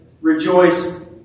rejoice